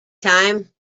time